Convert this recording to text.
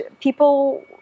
people